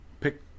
Pick